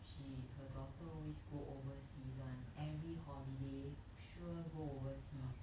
she her daughter always go overseas one every holiday sure go overseas